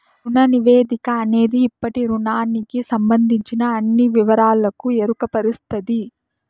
రుణ నివేదిక అనేది ఇప్పటి రుణానికి సంబందించిన అన్ని వివరాలకు ఎరుకపరుస్తది